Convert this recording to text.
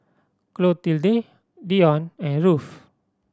clotilde Dion and Ruthe